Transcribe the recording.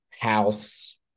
house